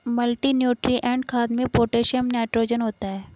multinutrient खाद में potassium nitrogen होता है